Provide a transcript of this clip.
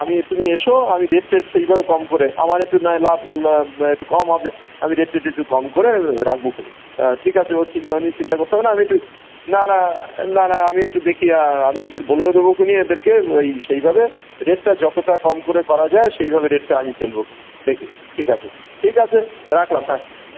আমি তুমি এসো আমি রেট টেট সেইভাবে কম করে আমার একটু নয় লাভ একটু কম হবে আমি রেট টেট একটু কম করে রাখবখন ঠিক আছে ও চিন্তা নেই চিন্তা করতে হবে না আমি একটু না না না না আমি একটু দেখি আমি এদের বলেও দেবোখন এদেরকে ওই সেইভাবে রেটটা যতটা কম করে করা যায় সেইভাবে রেটটা আমি ফেলবখন দেখি ঠিক আছে ঠিক আছে রাখলাম হ্যাঁ হুম